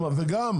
וגם,